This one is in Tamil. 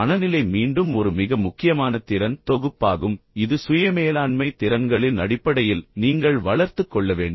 மனநிலை மீண்டும் ஒரு மிக முக்கியமான திறன் தொகுப்பாகும் இது சுய மேலாண்மை திறன்களின் அடிப்படையில் நீங்கள் வளர்த்துக் கொள்ள வேண்டும்